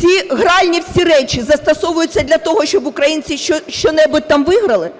ці гральні всі речі застосовуються для того, щоб українці що-небудь там виграли?